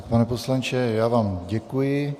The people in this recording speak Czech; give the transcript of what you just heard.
Pane poslanče, já vám děkuji.